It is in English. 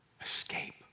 Escape